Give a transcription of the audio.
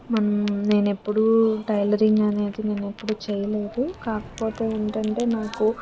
నేనెప్పుడూ టైలరింగ్ అనేది నేను ఎప్పుడు చెయ్యలేదు కాకపోతే ఏంటంటే నాకు